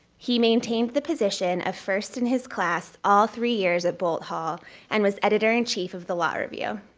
he maintained the position of first in his class all three years at bolt hall and was editor in chief of the law review.